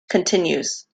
continues